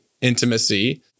intimacy